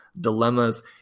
dilemmas